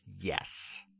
Yes